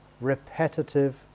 repetitive